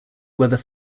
whether